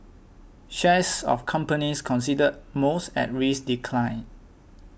shares of companies considered most at risk declined